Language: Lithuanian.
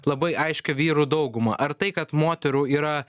labai aiškią vyrų daugumą ar tai kad moterų yra